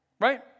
right